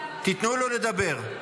תיתנו לו לדבר.